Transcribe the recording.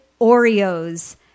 Oreos